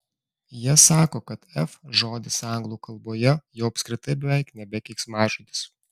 jie sako kad f žodis anglų kalboje jau apskritai beveik nebe keiksmažodis